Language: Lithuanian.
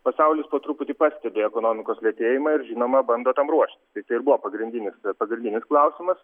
pasaulis po truputį pastebi ekonomikos lėtėjimą ir žinoma bando tam ruoštis tai ir buvo pagrindinis pagrindinis klausimas